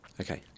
Okay